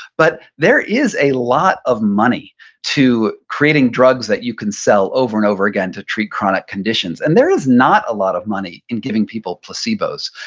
but there is a lot of money to creating drugs that you can sell over and over again to treat chronic conditions and there is not a lot of money in giving people placebos.